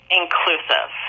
inclusive